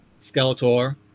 Skeletor